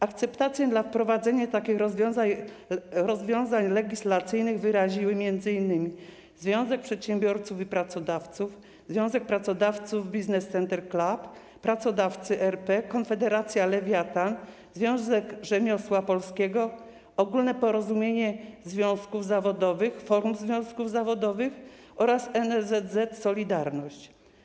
Akceptację na wprowadzenie takich rozwiązań legislacyjnych wyraziły m.in.: Związek Przedsiębiorców i Pracodawców, Związek Pracodawców Business Centre Club, Pracodawcy RP, Konfederacja Lewiatan, Związek Rzemiosła Polskiego, Ogólnopolskie Porozumienie Związków Zawodowych, Forum Związków Zawodowych oraz NSZZ „Solidarność”